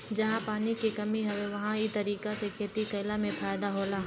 जहां पानी के कमी हौ उहां इ तरीका से खेती कइला में फायदा होला